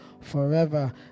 forever